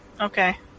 okay